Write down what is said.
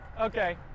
okay